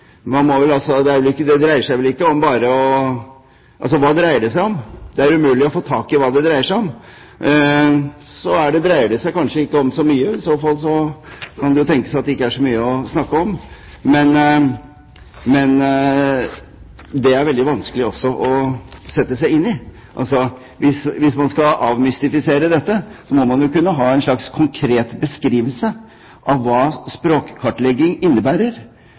man gjøre? Man må vel da gjøre noe for å foreta denne kartleggingen? Man må vel prøve ut noe? Hva dreier det seg om? Det er umulig å få tak i hva det dreier seg om. Så dreier det seg kanskje ikke om så mye? I så fall kan det jo tenkes at det ikke er så mye å snakke om, men det er det veldig vanskelig å sette seg inn i. Hvis man skal avmystifisere dette, må man jo kunne ha en slags konkret beskrivelse av hva språkkartlegging innebærer.